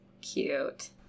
Cute